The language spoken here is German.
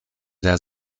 der